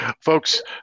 Folks